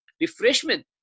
refreshment